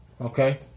Okay